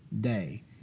day